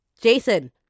Jason